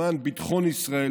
למען ביטחון ישראל,